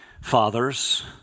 fathers